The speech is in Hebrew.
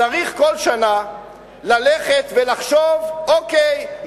צריך כל שנה ללכת ולחשוב: אוקיי,